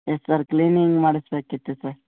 S sir cleaning ಮಾಡಿಸ್ಬೇಕಿತ್ತು sir